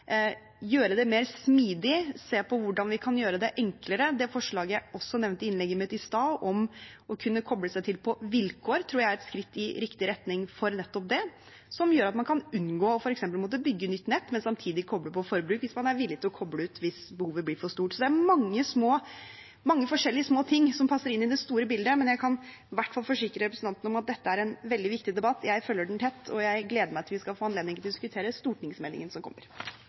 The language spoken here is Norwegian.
gjøre det mer smidig, se på hvordan vi kan gjøre det enklere, det forslaget jeg også nevnte i innlegget mitt i stad, om å kunne koble seg til på vilkår, tror jeg er et skritt i riktig retning for nettopp det. Det gjør at man kan unngå f.eks. å måtte bygge nytt nett, men samtidig koble på forbruk hvis man er villig til å koble ut hvis behovet blir for stort. Det er mange forskjellige små ting som passer inn i det store bildet, men jeg kan i hvert fall forsikre representanten om at dette er en veldig viktig debatt. Jeg følger den tett, og jeg gleder meg til vi skal få anledning til å diskutere stortingsmeldingen som kommer.